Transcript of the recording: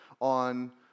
on